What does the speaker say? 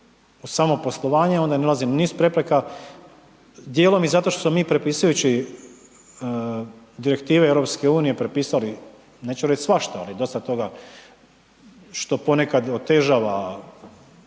u samo poslovanje, onda nailazi na niz prepreka djelom i zato što smo mi prepisujući direktive EU-a, propisali neću reći svašta ali dosta toga što ponekad otežava